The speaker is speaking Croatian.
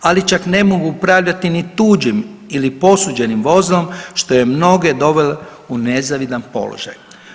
Ali čak ne mogu upravljati tuđim ili posuđenim vozilom što je mnoge dovelo u nezavidan položaj.